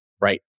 right